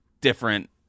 different